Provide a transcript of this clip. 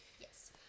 Yes